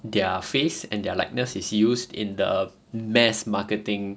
their face and their likeness is used in the mass marketing